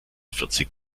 vierzig